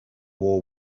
war